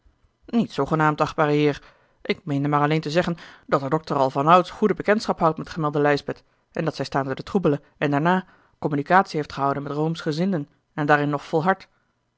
niets hoegenaamd achtbare heer ik meende maar alleen te zeggen dat de dokter al vanouds goede bekendschap houdt met gemelde lijsbeth en dat zij staande de troebelen en daarna communicatie heeft gehouden met roomschgezinden en daarin nog volhardt